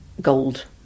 gold